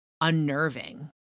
unnerving